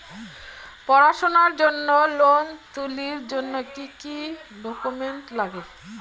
পড়াশুনার জন্যে লোন তুলির জন্যে কি কি ডকুমেন্টস নাগে?